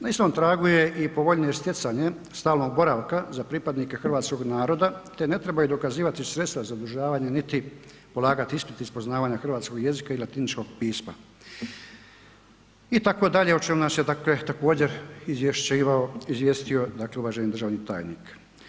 Na istom tragu je i povoljnije stjecanje stalnog boravka za pripadnike hrvatskog naroda, te ne trebaju dokazivati sredstva za uzdržavanje, niti polagati ispit iz poznavanje hrvatskog jezika i latiničkog pisma itd. o čemu nas je dakle, također izvješćivao, izvijestio, dakle uvaženi državni tajnik.